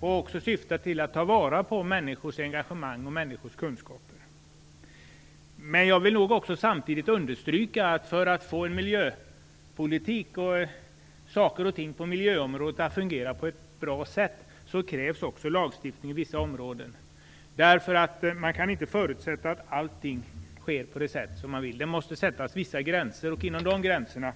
Det syftar också till att ta vara på människors engagemang och kunskaper. Samtidigt vill jag understryka att för att få miljöpolitiken och saker och ting på miljöområdet i övrigt att fungera på ett bra sätt krävs också lagstiftning på vissa områden. Man kan inte förutsätta att allting sker på det sätt man vill. Det måste sättas vissa gränser, och inom de gränserna